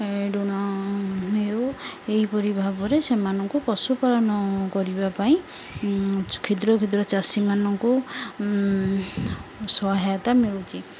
ଋଣ ହେଉ ଏହିପରି ଭାବରେ ସେମାନଙ୍କୁ ପଶୁପାଳନ କରିବା ପାଇଁ କ୍ଷୁଦ୍ର କ୍ଷୁଦ୍ର ଚାଷୀମାନଙ୍କୁ ସହାୟତା ମିଳୁଛି